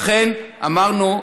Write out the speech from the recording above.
לכן אמרנו: